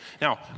now